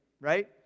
right